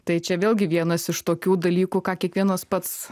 tai čia vėlgi vienas iš tokių dalykų ką kiekvienas pats